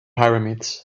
pyramids